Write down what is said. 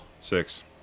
Six